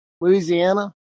Louisiana